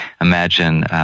imagine